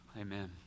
Amen